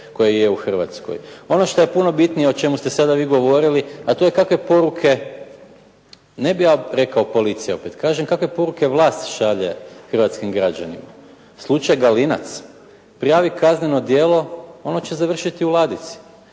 koje je u Hrvatskoj? Ono što je puno bitnije o čemu ste sada vi govorili, a to je kakve poruke, ne bih ja rekao policija opet, kažem kakve poruke vlast šalje hrvatskim građanima? Slučaj Galinac? Prijavi kazneno djelo, ono će završiti u ladici